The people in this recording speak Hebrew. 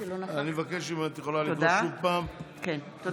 אני מבקש, אם את יכולה לקרוא שוב, פעם שנייה.